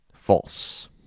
False